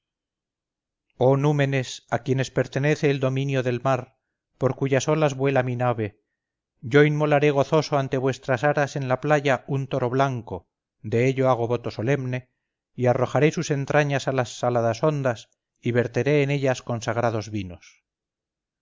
oh númenes a quienes pertenece el dominio del mar por cuyas olas vuela mi nave yo inmolaré gozoso ante vuestras aras en la playa un toro blanco de ello hago voto solemne y arrojaré sus entrañas a las saladas ondas y verteré en ellas consagrados vinos